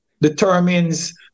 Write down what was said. determines